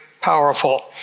powerful